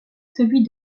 celui